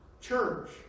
church